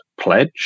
pledge